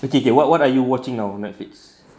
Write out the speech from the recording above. okay what what are you watching now on Netflix